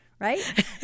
right